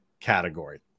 category